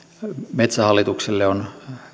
metsähallitukselle on